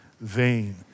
vain